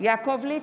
יעקב ליצמן,